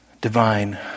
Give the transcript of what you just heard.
Divine